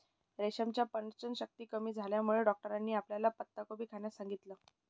रमेशच्या पचनशक्ती कमी झाल्यामुळे डॉक्टरांनी त्याला पत्ताकोबी खाण्यास सांगितलं